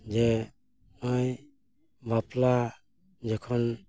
ᱡᱮ ᱱᱚᱜ ᱚᱭ ᱵᱟᱯᱞᱟ ᱡᱚᱠᱷᱚᱱ